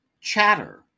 Chatter